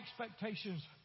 expectations